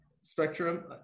spectrum